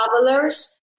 travelers